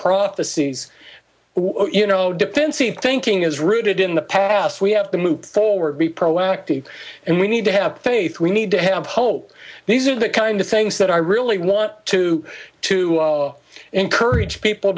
prophecies you know defensive thinking is rooted in the past we have to move forward be proactive and we need to have faith we need to have hope these are the kind of things that i really want to to encourage people